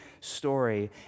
story